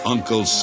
Uncle